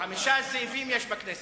חמישה זאבים יש בכנסת: